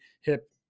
hip